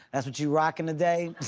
that what you rocking today.